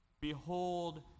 Behold